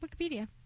wikipedia